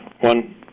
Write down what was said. one